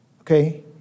Okay